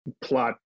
plot